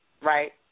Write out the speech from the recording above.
right